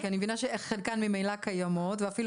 כי אני מבינה שממילא חלקן כבר קיימות ואפילו